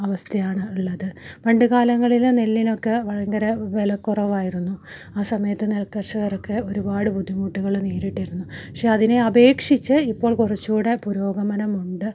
അവസ്ഥയാണ് ഉള്ളത് പണ്ട് കാലങ്ങളിൽ നെല്ലിനൊക്കെ ഭയങ്കര വിലക്കുറവായിരുന്നു ആ സമയത്ത് നെല്ല് കർഷകരൊക്കെ ഒരുപാട് ബുദ്ധിമുട്ടുകൾ നേരിട്ടിരുന്നു പക്ഷേ അതിനെ അപേക്ഷിച്ച് ഇപ്പോൾ കുറച്ചൂടെ പുരോഗമനമുണ്ട്